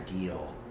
ideal